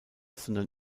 sondern